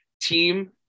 team